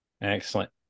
Excellent